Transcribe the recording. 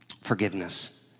forgiveness